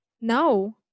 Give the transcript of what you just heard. no